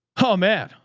oh man,